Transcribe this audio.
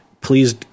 Please